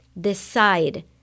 Decide